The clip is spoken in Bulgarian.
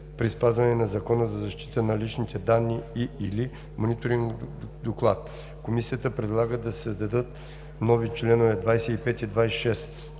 при спазване на Закона за защита на личните данни, и/или мониторен контрол.“ Комисията предлага да се създадат нови членове 25 и 26: